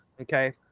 Okay